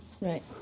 Right